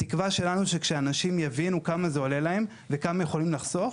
התקווה שלנו שאנשים יבינו כמה זה עולה להם וכמה הם יכולים לחסוך.